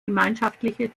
gemeinschaftliche